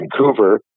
Vancouver